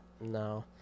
No